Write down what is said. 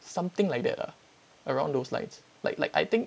something like that lah around those lines like like I think